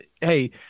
Hey